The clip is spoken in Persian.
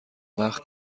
وقت